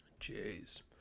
Jeez